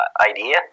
idea